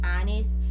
honest